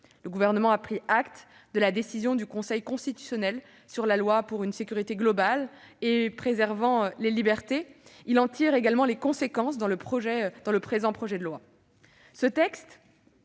Le Gouvernement a pris acte de la décision du Conseil constitutionnel sur la loi pour une sécurité globale et préservant les libertés ; il en tire les conséquences dans ce projet de loi. Ce texte